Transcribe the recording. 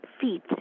feet